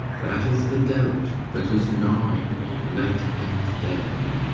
that is the doubt that is gnawing me night and day.